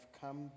come